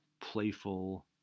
playful